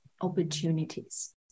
opportunities